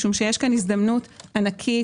יש כאן הזדמנות ענקית.